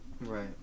Right